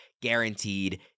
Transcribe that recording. guaranteed